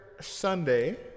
Sunday